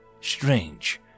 strange